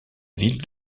ville